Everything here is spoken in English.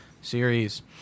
series